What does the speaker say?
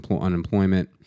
unemployment